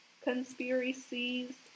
conspiracies